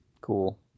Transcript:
Cool